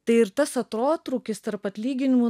tai ir tas atotrūkis tarp atlyginimų